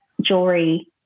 jewelry